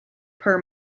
per